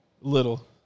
little